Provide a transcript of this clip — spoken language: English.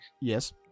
Yes